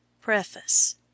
Preface